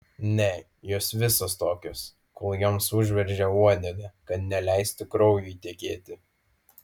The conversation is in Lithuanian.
ne jos visos tokios kol joms užveržia uodegą kad neleistų kraujui tekėti